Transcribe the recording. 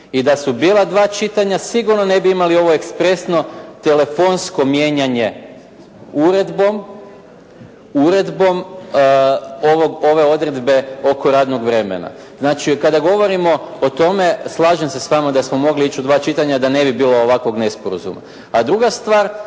i da su bila dva čitanja, sigurno ne bi imali ovo ekspresno telefonsko mijenjanje uredbom ove odredbe oko radnog vremena. Znači, kada govorimo o tome, slažem se s vama da smo mogli ići u dva čitanja da ne bi bilo ovakvog nesporazuma. A druga stvar,